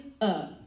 up